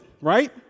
right